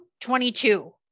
22